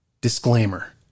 Disclaimer